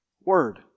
word